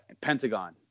Pentagon